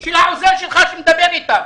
של העוזר שלך שמדבר איתם.